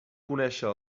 conéixer